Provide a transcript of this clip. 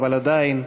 אבל עדיין,